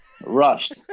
Rushed